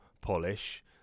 polish